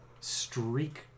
streak